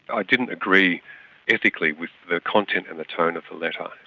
i didn't agree ethically with the content and the tone of the letter,